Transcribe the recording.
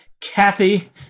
kathy